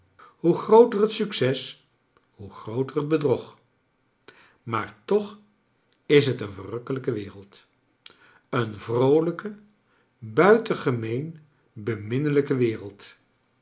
hoe grooter het succes hoe grooter het bedrog maar toch is het een verrukkelijke wereld een vroolijke buitengemeen beminnelijke wereld